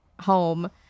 home